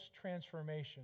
transformation